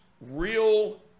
real